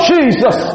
Jesus